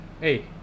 hey